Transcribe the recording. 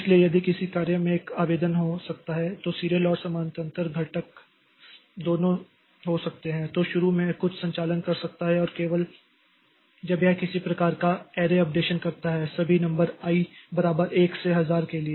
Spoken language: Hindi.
इसलिए यदि किसी कार्य में एक आवेदन हो सकता है तो सीरियल और समानांतर घटक दोनों हो सकते हैं तो शुरू में यह कुछ संचालन कर सकता है और केवल जब यह किसी प्रकार का ऐरे अपडेशन करता है और सभी i बराबर 1 से 1000 के लिए